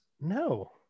No